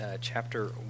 chapter